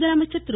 முதலமைச்சர் திரு